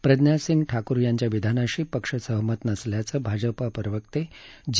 प्रज्ञा ठाकूर यांच्या विधानाशी पक्ष सहमत नसल्याचं भाजपा प्रवक्ते जी